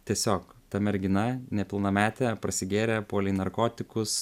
tiesiog ta mergina nepilnametė prasigėrė puolė į narkotikus